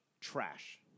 trash